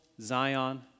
Zion